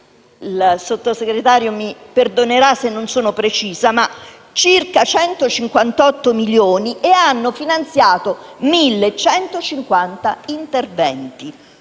il Sottosegretario mi perdonerà se non sono precisa - 158 milioni e hanno finanziato 1.150 interventi.